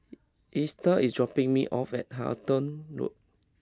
Estel is dropping me off at Halton Road